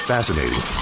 Fascinating